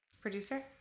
producer